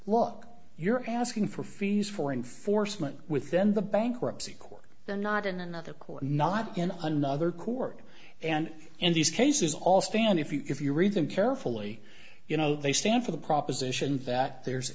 look you're asking for fees for enforcement with then the bankruptcy court then not in another court not in another court and in these cases all stand if you if you read them carefully you know they stand for the proposition that there's